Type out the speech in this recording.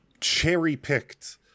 cherry-picked